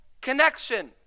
connection